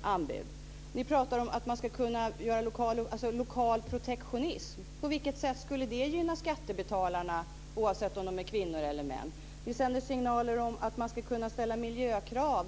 anbud. Ni talar om lokal protektionism. På vilket sätt skulle det gynna skattebetalarna, oavsett om de är kvinnor eller män? Ni sänder signaler om att man ska kunna ställa miljökrav.